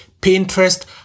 Pinterest